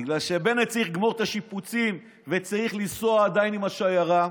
בגלל שבנט צריך לגמור את השיפוצים וצריך לנסוע עדיין עם השיירה.